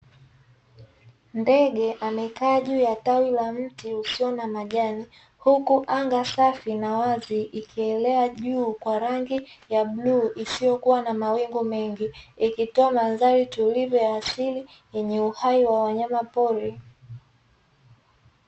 Ndege amekaa juu ya tawi la mti usio na majani, huku anga safi na wazi ikielea juu kwa rangi ya bluu isiyokuwa na mawingu mengi. Ikitoa mandhari tulivu wa asili wenye uhai wa wanyamapori.